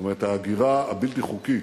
ההגירה הבלתי חוקית,